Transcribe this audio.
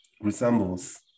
resembles